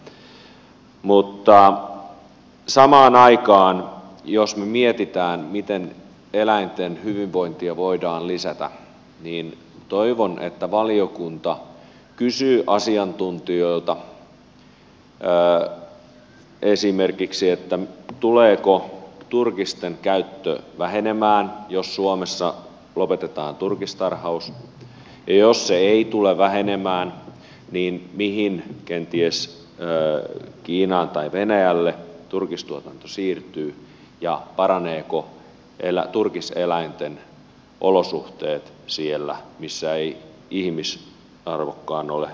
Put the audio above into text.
mutta samaan aikaan jos me mietimme miten eläinten hyvinvointia voidaan lisätä niin toivon että valiokunta kysyy asiantuntijoilta esimerkiksi tuleeko turkisten käyttö vähenemään jos suomessa lopetetaan turkistarhaus ja jos se ei tule vähenemään niin mihin kenties kiinaan tai venäjälle turkistuotanto siirtyy ja paranevatko turkiseläinten olosuhteet siellä missä eivät ihmisoikeudetkaan ole aivan kohdallaan